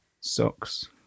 socks